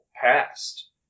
past